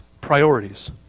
priorities